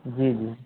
جی جی